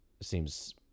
seems